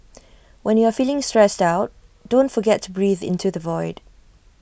when you are feeling stressed out don't forget to breathe into the void